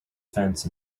fence